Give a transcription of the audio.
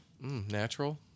Natural